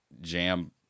jam